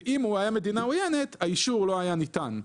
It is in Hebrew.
ואם הוא היה מדינה עוינת האישור לא היה ניתן.